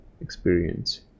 experience